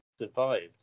survived